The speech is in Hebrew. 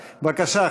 שטויות.